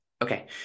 Okay